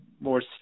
more